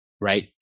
right